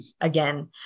again